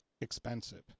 expensive